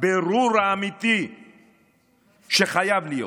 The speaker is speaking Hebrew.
ובבירור האמיתי שחייב להיות.